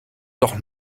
doch